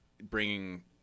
bringing